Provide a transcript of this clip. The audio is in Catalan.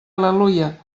al·leluia